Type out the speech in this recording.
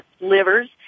livers